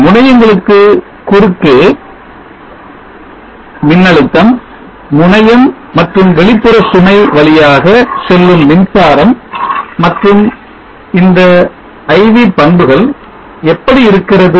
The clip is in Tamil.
முனையங்களுக்கு குறுக்கே மின்னழுத்தம் முனையம் மற்றும் வெளிப்புற சுமை வழியாக செல்லும் மின்சாரம் மற்றும் இந்த I V பண்புகள் எப்படி இருக்கிறது